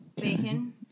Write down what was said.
Bacon